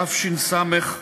התשס"ח 2008,